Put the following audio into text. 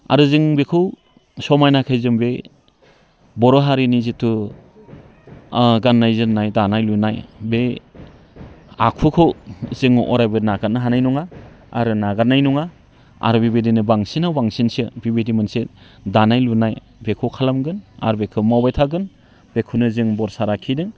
आरो जों बेखौ समायनायखौ जों बे बर' हारिनि जिथु गाननाय जोमनाय दानाय लुनाय बे आखुखौ जोङो अरायबो नागारनो हानाय नङा आरो नागारनाय नङा आरो बेबायदिनो बांसिनाव बांसिनसो बिबायदि मोनसे दानाय लुनाय बेखौ खालामगोन आरो बेखौ मावबाय थागोन बेखौनो जों भरसा लाखिदों